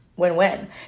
win-win